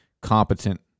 competent